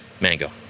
Mango